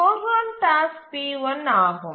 போர் ground task p1 ஆகும்